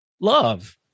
Love